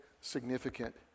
significant